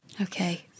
Okay